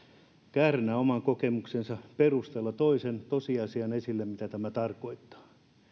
kärnä oman kokemuksensa perusteella toi sen tosiasian esille mitä tämä tarkoittaa